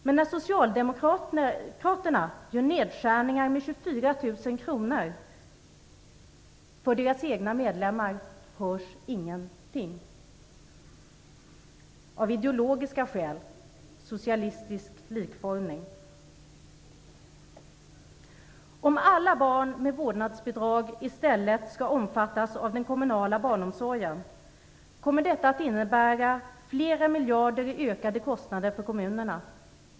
Men när Socialdemokraterna föreslår nedskärningar med 24 000 kr för deras egna medlemmar hörs ingenting. Ideologiska skäl - socialistisk likformighet. Om alla barn med vårdnadsbidrag i stället skall omfattas av den kommunala barnomsorgen, kommer detta att innebära flera miljarder i ökade kostnader för kommunerna.